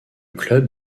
club